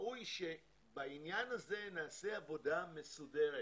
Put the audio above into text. ראוי שבעניין הזה נעשה עבודה מסודרת